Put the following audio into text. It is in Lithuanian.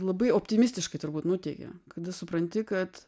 labai optimistiškai turbūt nuteikia kada supranti kad